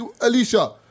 Alicia